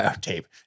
Tape